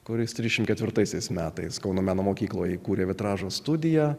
kuris trisdešimtk ketvirtaisiais metais kauno meno mokykloje įkūrė vitražo studiją